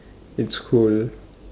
it's cool